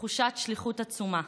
בתחושת שליחות עצומה.